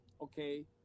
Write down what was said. okay